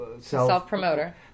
self-promoter